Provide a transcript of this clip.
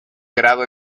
grado